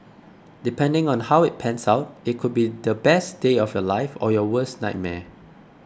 depending on how it pans out it could be the best day of your life or your worst nightmare